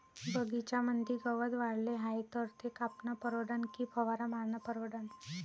बगीच्यामंदी गवत वाढले हाये तर ते कापनं परवडन की फवारा मारनं परवडन?